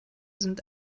sind